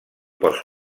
pels